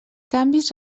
canvis